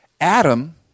Adam